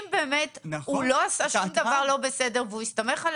אם באמת הוא לא עשה שום דבר לא בסדר והוא הסתמך על